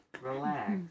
Relax